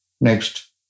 Next